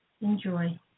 Enjoy